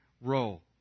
role